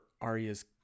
Arya's